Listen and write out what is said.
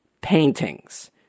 paintings